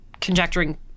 conjecturing